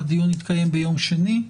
הדיון התקיים ביום שני,